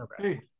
Hey